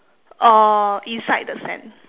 uh inside the sand